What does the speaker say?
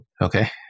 Okay